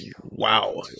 wow